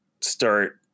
start